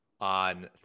on